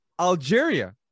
Algeria